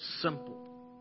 simple